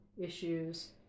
issues